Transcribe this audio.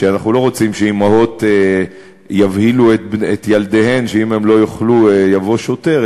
שאנחנו לא רוצים שאימהות יבהילו את ילדיהן שאם הם לא יאכלו יבוא שוטר,